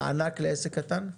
מענק לעסק קטן?